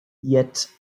yet